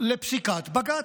לפסיקת בג"ץ.